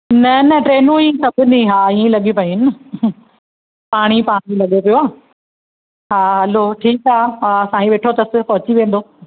न न ट्रेनूं ई खपंदी हा ईअंई लॻी पई आहिनि न पाणी पाणी लॻियो पियो आहे हा हा हलो ठीकु आहे हा साईं वेठो अथसि पहुची वेंदो